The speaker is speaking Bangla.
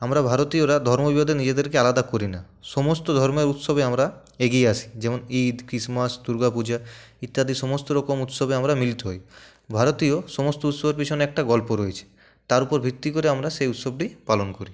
আমরা ভারতীয়রা ধর্ম বিভেদে নিজেদেরকে আলাদা করি না সমস্ত ধর্মের উৎসবে আমরা এগিয়ে আসি যেমন ঈদ ক্রিশমাস দুর্গাপূজা ইত্যাদি সমস্ত রকম উৎসবে আমরা মিলিত হই ভারতীয় সমস্ত উৎসবের পেছনে একটা গল্প রয়েছে তার উপর ভিত্তি করে আমরা সেই উৎসবটি পালন করি